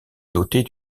dotés